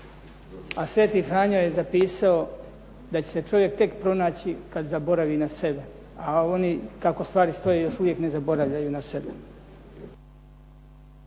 a sv. Franjo je zapisao da će se čovjek tek pronaći kad zaboravi na sebe. A oni kako stvari stoje još uvijek ne zaboravljaju na sebe.